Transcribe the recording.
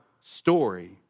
story